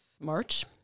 March